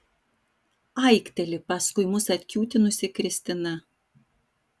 aikteli paskui mus atkiūtinusi kristina